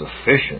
sufficient